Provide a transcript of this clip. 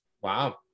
Wow